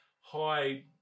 high